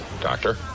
Doctor